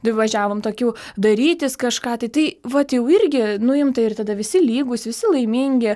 tai važiavom tokių darytis kažką tai tai vat jau irgi nuimta ir tada visi lygūs visi laimingi